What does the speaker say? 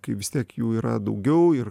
kai vis tiek jų yra daugiau ir